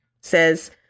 says